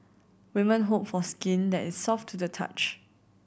women hope for skin that is soft to the touch